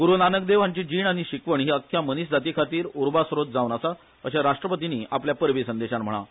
गुरू नानक देव हांची जीण आनी शिकवण ही अख्ख्या मनीस जातीखातीर उर्बा स्त्रोत जावन आसा अशे राष्ट्रपतींनी आपल्या परबी संदेशान म्हळा